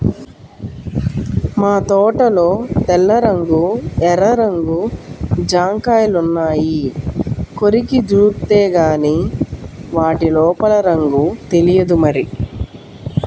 మా తోటలో తెల్ల రంగు, ఎర్ర రంగు జాంకాయలున్నాయి, కొరికి జూత్తేగానీ వాటి లోపల రంగు తెలియదు మరి